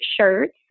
shirts